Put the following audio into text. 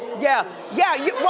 yeah, yeah. well,